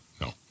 No